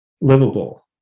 livable